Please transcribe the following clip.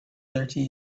thirty